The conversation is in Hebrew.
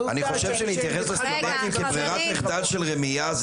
אני חושב שלהתייחס לסטודנטים כברירת מחדל של רמייה,